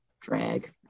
drag